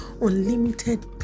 unlimited